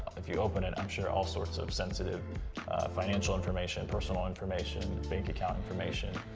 if you open it, i'm sure, all sorts of sensitive financial information, personal information, bank-account information.